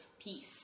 peace